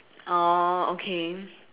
orh okay